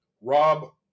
Rob